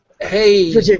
Hey